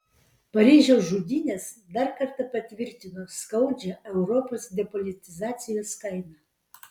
paryžiaus žudynės dar kartą patvirtino skaudžią europos depolitizacijos kainą